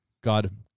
God